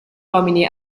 uomini